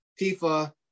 FIFA